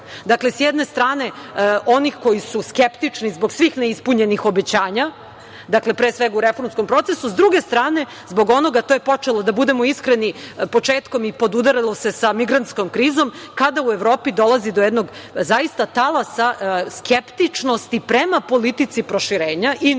strane. Dakle, s jedne strane onih koji su skeptični zbog svih neispunjenih obećanja, dakle, pre svega u reformskom procesu, s druge strane zbog onoga, to je počelo, da budemo iskreni, početkom i podudaralo se sa migrantskom krizom, kada u Evropi dolazi do jednog talasa skeptičnosti prema politici proširenja i novim